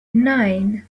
nine